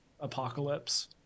apocalypse